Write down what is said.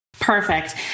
Perfect